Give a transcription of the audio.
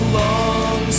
long